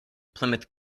plymouth